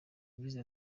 yagize